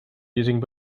using